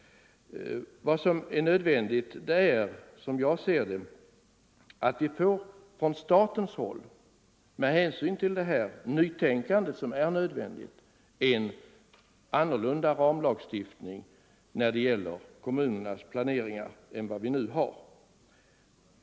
Med hänsyn till det behövliga nytänkandet är det, som jag ser det, nödvändigt med en annan ramlagstiftning när det gäller kommunernas planering än den nuvarande.